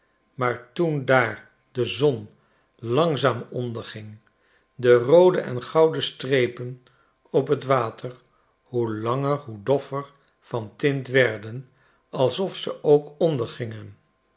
maar toen daar de zon langzaam onderging de roode en gouden strepen op t water hoe langer hoe doffer van tint werden alsof ze ook